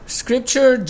scripture